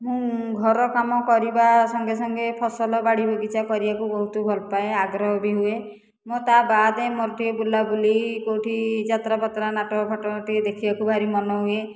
ମୁଁ ଘର କାମ କରିବା ସଙ୍ଗେ ସଙ୍ଗେ ଫସଲ ବାଡ଼ି ବଗିଚା କରିବାକୁ ବହୁତ ଭଲ ପାଏ ଆଗ୍ରହ ବି ହୁଏ ମୁଁ ତା ବାଦ ମୋର ଟିକିଏ ବୁଲାବୁଲି କେଉଁଠି ଯାତ୍ରା ଫାତ୍ରା ନାଟକ ଫାଟକ ଟିକିଏ ଦେଖିବାକୁ ମୋର ଭାରି ମନ ହୁଏ